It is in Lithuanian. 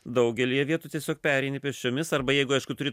daugelyje vietų tiesiog pereini pėsčiomis arba jeigu aišku turi